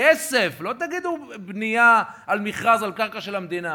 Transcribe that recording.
כסף, לא תגידו בנייה על מכרז, על קרקע של המדינה.